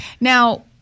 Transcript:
Now